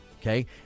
okay